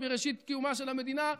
בראשית קיומה של המדינה,